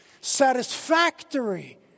satisfactory